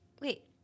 wait